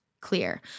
Clear